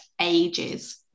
ages